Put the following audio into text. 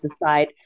decide